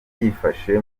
byifashe